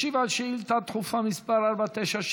ישיב על שאילתה דחופה מס' 479,